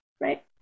Right